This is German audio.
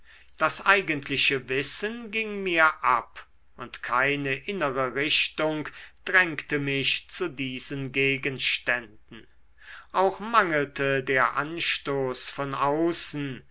das eigentliche wissen ging mir ab und keine innere richtung drängte mich zu diesen gegenständen auch mangelte der anstoß von außen